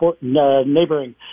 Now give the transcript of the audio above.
neighboring